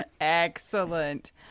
Excellent